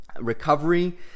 recovery